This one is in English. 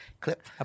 Clip